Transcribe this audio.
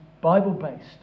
Bible-based